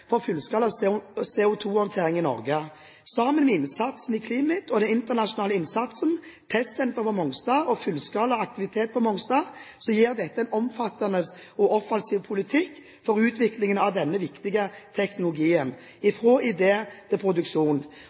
for fullskala CO2-håndtering i Norge. Sammen med innsatsen i CLIMIT og den internasjonale innsatsen, testsenteret på Mongstad og fullskala aktivitet på Mongstad gir dette en omfattende og offensiv politikk for utviklingen av denne viktige teknologien, fra idé til produksjon.